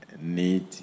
need